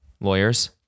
Lawyers